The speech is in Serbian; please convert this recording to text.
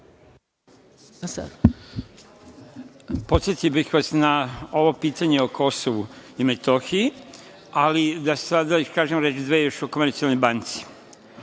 Podsetio bih vas na ovo pitanje o Kosovu i Metohiji, ali da smo kažem još reč-dve još o „Komercijalnoj banci“.